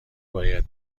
باید